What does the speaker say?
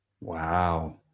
Wow